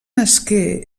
esquer